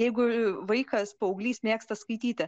jeigu vaikas paauglys mėgsta skaityti